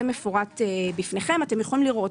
זה מפורט בפניכם ואתם יכולים לראות.